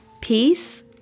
peace